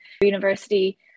university